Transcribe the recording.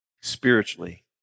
spiritually